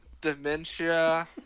dementia